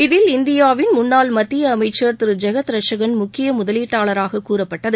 இதில் இந்தியாவின் முன்னாள் மத்திய அமைச்சர் திரு ஜெகத்ரட்சகன் முக்கிய முதலீட்டாளராக கூறப்பட்டது